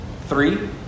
Three